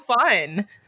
fun